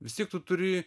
vis tiek tu turi